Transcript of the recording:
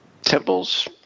temples